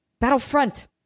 battlefront